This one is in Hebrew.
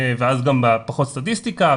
ואז גם פחות סטטיסטיקה,